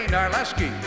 Narleski